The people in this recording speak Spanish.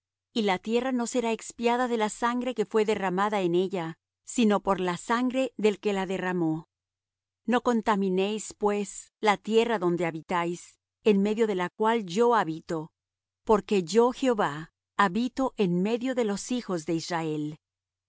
y la tierra no será expiada de la sangre que fué derramada en ella sino por la sangre del que la derramó no contaminéis pues la tierra donde habitáis en medio de la cual yo habito porque yo jehová habito en medio de los hijos de israel